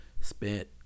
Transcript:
Spent